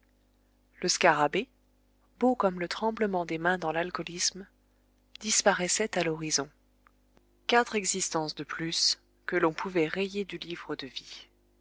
le scarabée beau comme le tremblement des mains dans l'alcoolisme disparaissait à l'horizon quatre existences de plus que l'on pouvait rayer du livre de vie